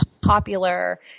popular